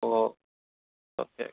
oh okay okay